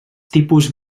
tipus